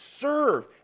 Serve